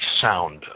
sound